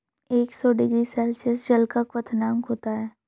एक सौ degree Celsius जल का क्वथनांक होता है